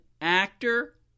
actor